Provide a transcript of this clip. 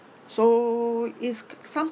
so is sometime